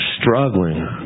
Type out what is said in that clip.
struggling